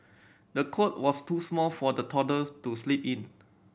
the cot was too small for the toddler to sleep in